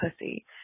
pussy